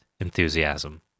enthusiasm